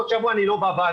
עוד שבוע אני לא בוועדה,